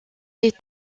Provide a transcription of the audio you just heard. est